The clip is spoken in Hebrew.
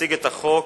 יציג את החוק